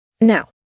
Now